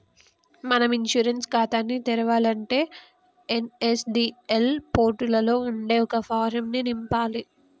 మనం ఇన్సూరెన్స్ ఖాతాని తెరవాలంటే ఎన్.ఎస్.డి.ఎల్ పోర్టులలో ఉండే ఒక ఫారం ను నింపాలి